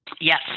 Yes